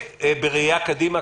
והן בראייה קדימה,